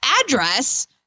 address